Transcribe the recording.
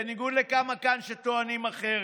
בניגוד לכמה כאן שטוענים אחרת.